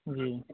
جی